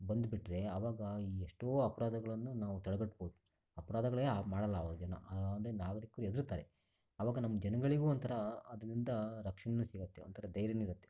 ಬಂದ್ಬಿಟ್ರೆ ಆವಾಗ ಎಷ್ಟೋ ಅಪರಾಧಗಳನ್ನು ನಾವು ತಡೆಗಟ್ಬಬಹುದು ಅಪರಾಧಗಳೇ ಆಗಿ ಮಾಡಲ್ಲ ಆವಾಗ ಜನ ಅಂದರೆ ಮಾಡೋದಕ್ಕೂ ಹೆದರ್ತಾರೆ ಆವಾಗ ನಮ್ಮ ಜನಗಳಿಗೂ ಒಂಥರ ಅದರಿಂದ ರಕ್ಷಣೆ ಸಿಗುತ್ತೆ ಒಂಥರ ಧೈರ್ಯನೂ ಇರುತ್ತೆ